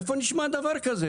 איפה נשמע דבר כזה.